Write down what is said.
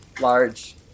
large